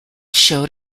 showed